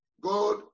God